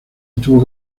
estuvo